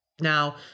Now